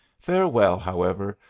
farewell, however.